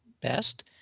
best